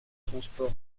transport